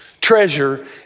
treasure